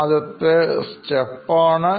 ആദ്യത്തെ ഒരു സ്റ്റെപ്പ് ആണ്